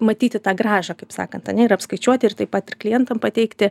matyti tą grąžą kaip sakant ane ir apskaičiuoti ir taip pat ir klientam pateikti